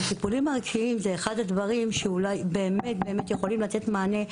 הטיפולים הרגשיים הם אחד הדברים שאולי באמת באמת יכולים לתת מענה.